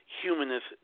humanist